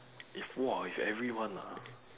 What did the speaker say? if !wah! if everyone ah